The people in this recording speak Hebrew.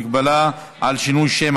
מגבלה על שינוי שם),